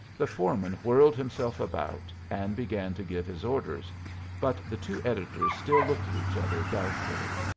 the foreman whirled himself about, and began to give his orders but the two editors still looked at each other doubtfully.